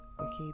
Okay